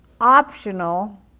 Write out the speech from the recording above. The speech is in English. optional